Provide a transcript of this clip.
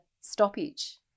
stoppage